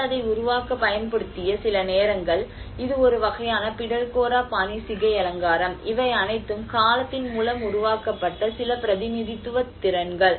மக்கள் அதை உருவாக்கப் பயன்படுத்திய சில நேரங்கள் இது ஒரு வகையான பிடல்கோரா பாணி சிகை அலங்காரம் இவை அனைத்தும் காலத்தின் மூலம் உருவாக்கப்பட்ட சில பிரதிநிதித்துவ திறன்கள்